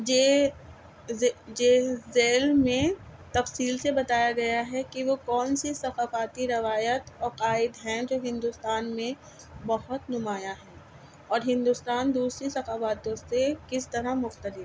جے جے ذیل میں تفصیل سے بتایا گیا ہے کہ وہ کون سی ثقافتی روایت اور قواعد ہیں جو ہندوستان میں بہت نمایاں ہیں اور ہندوستان دوسری ثقافتوں سے کس طرح مختلف ہے